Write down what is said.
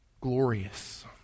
glorious